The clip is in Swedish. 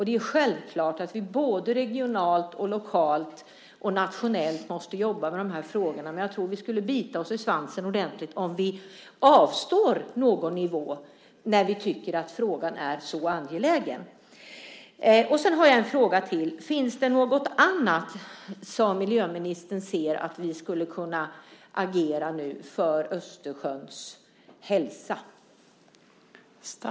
Det är självklart att vi både regionalt och lokalt och nationellt måste jobba med de här frågorna. Jag tror att vi skulle bita oss i svansen ordentligt om vi avstår på någon nivå när vi tycker att frågan är så angelägen. Jag har en fråga till: Finns det något annat som miljöministern ser att vi skulle kunna agera med för Östersjöns hälsa?